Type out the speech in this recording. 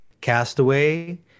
Castaway